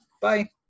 Bye